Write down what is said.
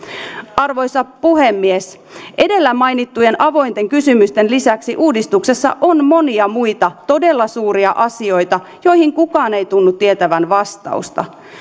arvoisa puhemies edellä mainittujen avointen kysymysten lisäksi uudistuksessa on monia muita todella suuria asioita joihin kukaan ei tunnu tietävän vastausta